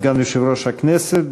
סגן יושב-ראש הכנסת,